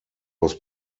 was